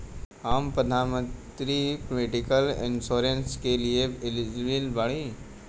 हम प्रधानमंत्री medical insurance के लिए एलिजिबल बानी?